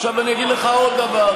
עכשיו, אני אגיד לך עוד דבר.